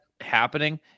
happening